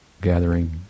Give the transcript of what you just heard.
gathering